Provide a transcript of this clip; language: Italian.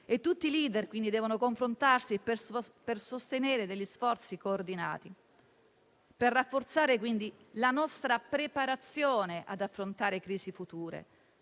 Tutti i *leader* devono confrontarsi per sostenere sforzi coordinati e per rafforzare quindi la nostra preparazione ad affrontare crisi future,